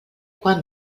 quan